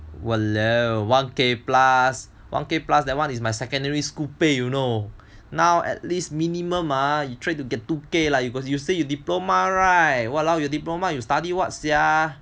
!walao! one k plus one k plus that one is my secondary school pay you know now at least minimum ah you tried to get two k lah cause you say you got diploma right !walao! your diploma you study what sia